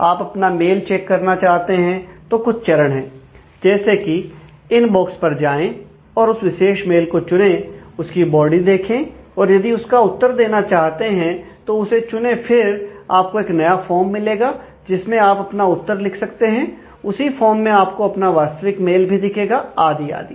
आप अपना mail check करना चाहते हैं तो कुछ चरण है जैसे कि इनबॉक्स पर जाएं और उस विशेष मेल को चुने उसकी बॉडी देखें और यदि उसका उत्तर देना चाहते हैं तो उसे चुने फिर आपको एक नया फॉर्म मिलेगा जिसमें आप अपना उत्तर लिख सकते हैं उसी फॉर्म में आपको अपना वास्तविक मेल भी दिखेगा आदि आदि